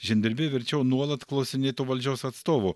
žemdirbiai verčiau nuolat klausinėtų valdžios atstovų